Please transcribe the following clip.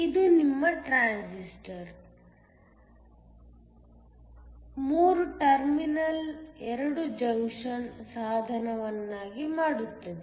ಇದು ನಿಮ್ಮ ಟ್ರಾನ್ಸಿಸ್ಟರ್ ಅನ್ನು 3 ಟರ್ಮಿನಲ್ 2 ಜಂಕ್ಷನ್ ಸಾಧನವನ್ನಾಗಿ ಮಾಡುತ್ತದೆ